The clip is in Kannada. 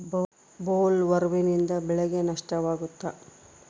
ಬೊಲ್ವರ್ಮ್ನಿಂದ ಬೆಳೆಗೆ ನಷ್ಟವಾಗುತ್ತ?